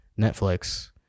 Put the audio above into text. Netflix